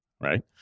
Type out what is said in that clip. right